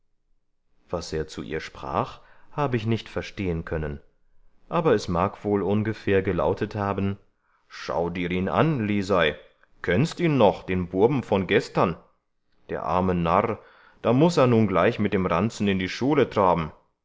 was er zu ihr sprach habe ich nicht verstehen können aber es mag wohl ungefähr gelautet haben schau dir ihn an lisei kennst ihn noch den bubn von gestern der arme narr da muß er nun gleich mit dem ranzen in die schule traben